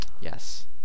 Yes